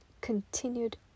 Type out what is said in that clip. continued